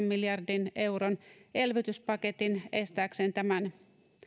miljardin euron elvytyspaketin estääkseen tämän